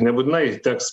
nebūtinai teks